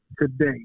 today